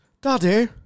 Daddy